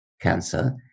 cancer